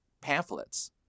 pamphlets